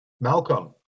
Malcolm